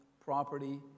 property